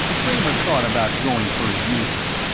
kramer thought about going for his needler.